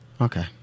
Okay